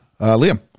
Liam